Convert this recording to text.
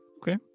okay